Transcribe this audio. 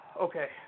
okay